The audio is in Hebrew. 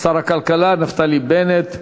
הכלכלה נפתלי בנט.